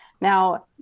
Now